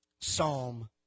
Psalm